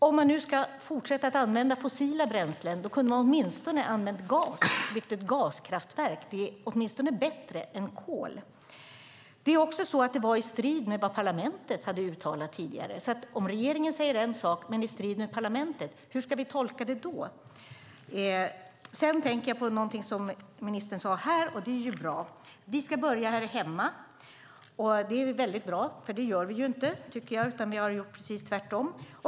Ska man fortsätta använda fossila bränslen kan man väl använda gas och bygga ett gaskraftverk. Det är åtminstone bättre än kol. Det var också i strid med vad parlamentet uttalat. Hur ska vi tolka det om regeringen säger en sak som strider mot parlamentet? Det är bra att ministern säger att vi ska börja här hemma, för det har vi inte gjort utan precis tvärtom.